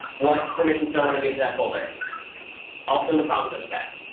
what permissions do i want to give to that folder also in the problem set spec,